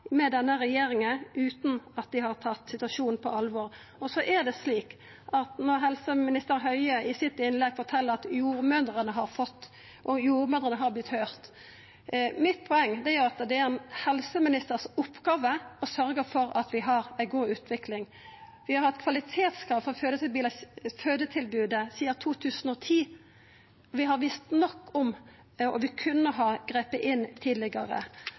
med denne regjeringa utan at dei har tatt situasjonen på alvor. Når helseminister Høie i sitt innlegg fortel at jordmødrene har fått, og jordmødrene har vorte høyrde, er mitt poeng at det er ein helseminister si oppgåve å sørgja for at vi har ei god utvikling. Vi har hatt kvalitetskrav for fødetilbodet sidan 2010. Vi har visst nok om det, og vi kunne ha gripe inn tidlegare.